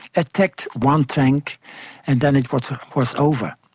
attacked one tank and then it was was over.